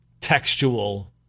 textual